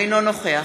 אינו נוכח